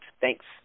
Thanks